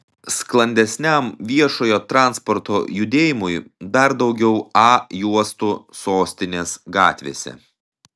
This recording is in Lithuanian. sklandesniam viešojo transporto judėjimui dar daugiau a juostų sostinės gatvėse